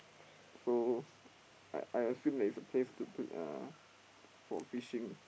so I I assume that it's a place to to uh for fishing